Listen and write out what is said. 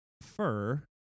fur